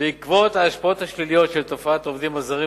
בעקבות ההשפעות השליליות של תופעת העובדים הזרים